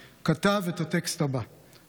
כתב את הטקסט הבא תוך כדי הלחימה בעזה: